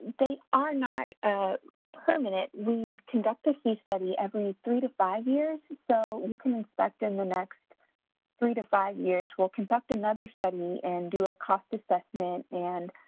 they are not permanent. we conduct a fee study every three to five years. so, you can expect in the next three to five years we will conduct another study and do a cost assessment and,